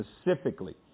specifically